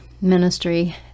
ministry